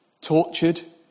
tortured